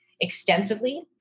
extensively